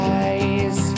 eyes